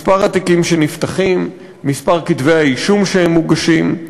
מספר התיקים שנפתחים, מספר כתבי-האישום שמוגשים,